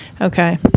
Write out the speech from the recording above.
okay